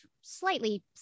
slightly